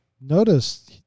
notice